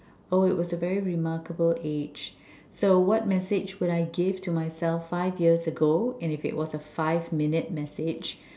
oh it was a very remarkable age so what message would I give to myself five years ago and if it was a five minute message